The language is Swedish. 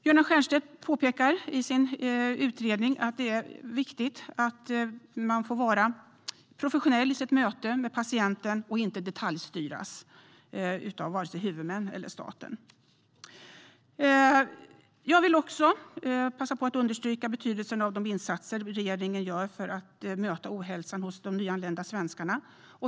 Göran Stiernstedt påpekar i sin utredning att det är viktigt att personalen får vara professionell i sitt möte med patienten och inte ska detaljstyras av vare sig huvudmän eller staten. Jag vill också passa på att understryka betydelsen av de insatser som regeringen gör för att möta ohälsa hos de nyanlända svenskarna.